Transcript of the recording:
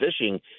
fishing